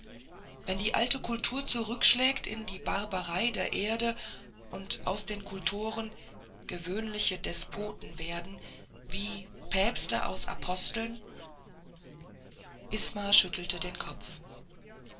wenn die alte kultur zurückschlägt in die barbarei der erde und aus den kultoren gewöhnliche despoten werden wie päpste aus aposteln isma schüttelte den kopf